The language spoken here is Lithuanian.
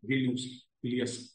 vilniaus pilies